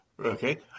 Okay